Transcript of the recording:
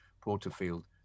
Porterfield